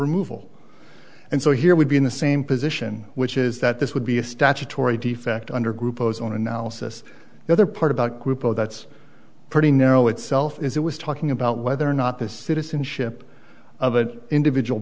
removal and so here would be in the same position which is that this would be a statutory defect under group ozone analysis the other part about grupo that's pretty narrow itself is it was talking about whether or not this citizenship of an individual